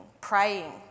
praying